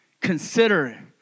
consider